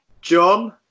John